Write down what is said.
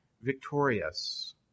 victorious